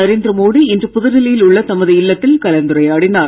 நரேந்திர மோடி இன்று புதுடெல்லியில் உள்ள தமது இல்லத்தில் கலந்துரையாடினார்